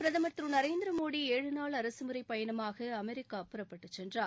பிரதமர் திரு நரேந்திரமோடிஏழு நாள் அரசுமுறைப் பயணமாக அமெரிக்கா புறப்பட்டு சென்றார்